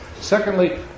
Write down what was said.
Secondly